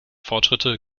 fortschritte